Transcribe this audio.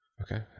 Okay